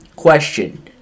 Question